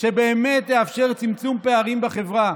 שבאמת תאפשר צמצום פערים בחברה.